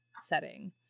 setting